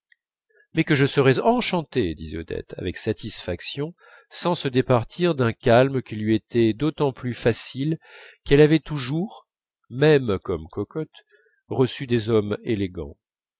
mais que je serai enchantée disait odette avec satisfaction sans se départir d'un calme qui lui était d'autant plus facile qu'elle avait toujours même comme cocotte reçu des hommes élégants